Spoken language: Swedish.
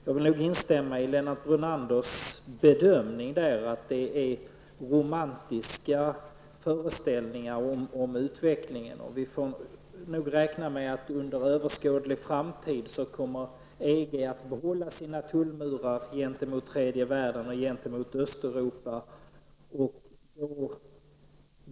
Jag vill ansluta mig till Lennart Brunanders bedömning där, att det är romantiska föreställningar om utvecklingen. Vi får räkna med att EG under överskådlig framtid kommer att behålla sina tullmurar gentemot tredje världen och gentemot Östeuropa.